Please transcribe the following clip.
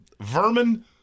vermin